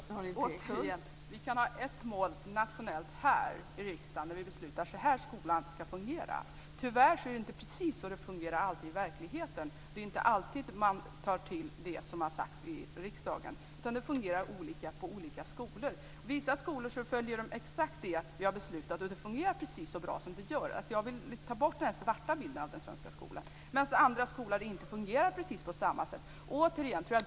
Fru talman! Jag säger återigen: Vi kan ha ett mål nationellt här i riksdagen, och besluta att så här ska skolan fungera. Tyvärr fungerar det sedan inte alltid precis så i verkligheten. Det är inte alltid som skolorna tar till sig det som har sagts i riksdagen. Det fungerar alltså olika på olika skolor. Vissa skolor följer exakt det som vi har beslutat, och det fungerar precis så bra som det gör. Jag vill alltså ta bort den svarta bilden av den svenska skolan. Men på andra skolor fungerar det inte på samma sätt.